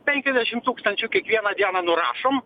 penkiasdešimt tūkstančių kiekvieną dieną nurašom